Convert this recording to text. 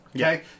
Okay